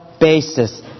basis